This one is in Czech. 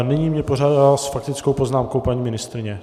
Nyní mě požádala s faktickou poznámkou paní ministryně.